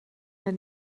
der